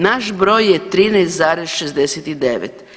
Naš broj je 13,69.